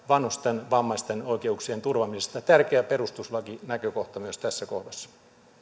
vanhusten vammaisten oikeuksien turvaamisesta tärkeä perustuslakinäkökohta myös tässä kohdassa